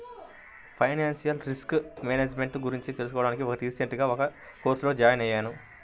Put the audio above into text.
financial risk management గురించి తెలుసుకోడానికి recent గా ఒక కోర్సులో జాయిన్ అయ్యాను